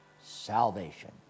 salvation